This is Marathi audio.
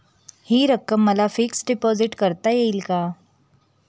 हि रक्कम मला फिक्स डिपॉझिट करता येईल का?